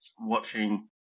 watching